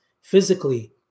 physically